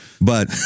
But-